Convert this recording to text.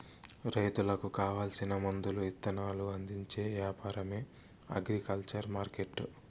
రైతులకు కావాల్సిన మందులు ఇత్తనాలు అందించే యాపారమే అగ్రికల్చర్ మార్కెట్టు